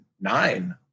nine